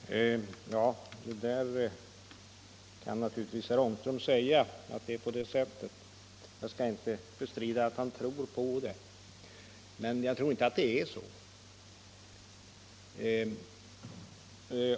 Herr talman! Herr Ångström kan naturligtvis säga att det är på det sättet. Jag skall inte bestrida att han tror det. Men jag tror inte att det är så.